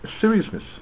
seriousness